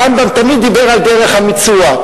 הרמב"ם תמיד דיבר על דרך המיצוע,